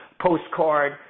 Postcard